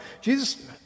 Jesus